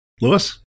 Lewis